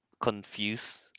confused